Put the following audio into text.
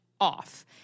off